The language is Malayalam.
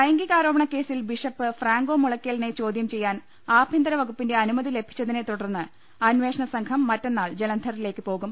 ലൈംഗികാ രോ പണ ക്കേ സിൽ ബിഷപ്പ് മുളയ്ക്കലിനെ ചോദ്യം ചെയ്യാൻ ആഭ്യന്തരവകുപ്പിന്റെ അനുമതി ലഭിച്ചതിനെ തുടർന്ന് അന്വേഷണസംഘം മറ്റന്നാൾ ജലന്ധറി ലേക്ക് പോകും